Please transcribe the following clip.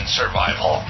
survival